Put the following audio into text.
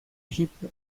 egipto